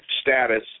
status